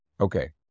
Okay